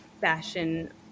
fashion